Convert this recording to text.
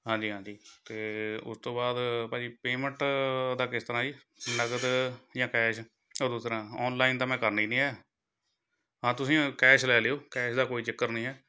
ਹਾਂਜੀ ਹਾਂਜੀ ਅਤੇ ਉਸ ਤੋਂ ਬਾਅਦ ਭਾਅ ਜੀ ਪੇਮੈਂਟ ਦਾ ਕਿਸ ਤਰ੍ਹਾਂ ਜੀ ਨਗਦ ਜਾਂ ਕੈਸ਼ ਉਹ ਦੂਸਰਾ ਔਨਲਾਈਨ ਤਾਂ ਮੈਂ ਕਰਨੀ ਨਹੀਂ ਹੈ ਹਾਂ ਤੁਸੀਂ ਕੈਸ਼ ਲੈ ਲਿਓ ਕੈਸ਼ ਦਾ ਕੋਈ ਚੱਕਰ ਨਹੀਂ ਹੈ